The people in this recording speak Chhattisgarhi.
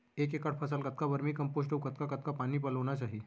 एक एकड़ फसल कतका वर्मीकम्पोस्ट अऊ कतका कतका पानी पलोना चाही?